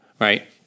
right